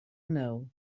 know